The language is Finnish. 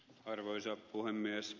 arvoisa puhemies